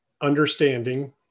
understanding